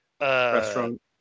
restaurant